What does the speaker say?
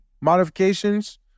modifications